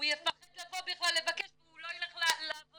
הוא יפחד לבוא בכלל לבקש והוא לא ילך לעבודה.